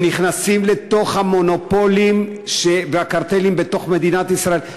הם נכנסים לתוך המונופולים והקרטלים בתוך מדינת ישראל,